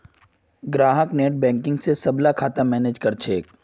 ग्राहक नेटबैंकिंग स सबला खाता मैनेज कर छेक